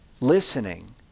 listening